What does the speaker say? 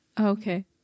okay